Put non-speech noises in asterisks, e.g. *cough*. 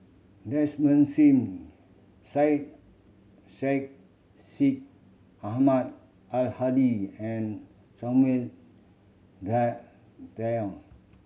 Desmond Sim Syed Sheikh Syed Ahmad Al Hadi and Samuel *unintelligible* Dyer